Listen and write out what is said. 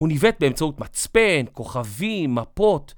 הוא ניווט באמצעות מצפן, כוכבים, מפות.